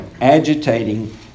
agitating